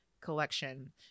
collection